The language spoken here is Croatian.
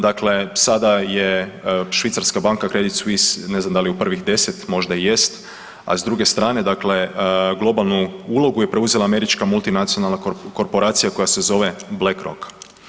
Dakle sada je švicarska banka Kredit Suisse, ne znam da li je u prvih 10, možda jest, a s druge strane, dakle globalnu ulogu je preuzela američka multinacionalna korporacija koja se zove BlackRock.